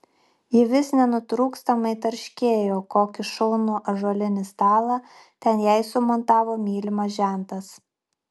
ji vis nenutrūkstamai tarškėjo kokį šaunų ąžuolinį stalą ten jai sumontavo mylimas žentas